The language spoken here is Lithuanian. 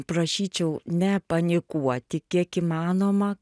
prašyčiau nepanikuoti kiek įmanoma